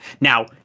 now